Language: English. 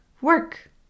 work